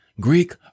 Greek